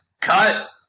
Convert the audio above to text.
cut